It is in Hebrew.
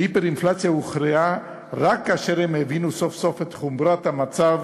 ההיפר-אינפלציה הוכרעה רק כאשר הם הבינו סוף-סוף את חומרת המצב